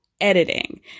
editing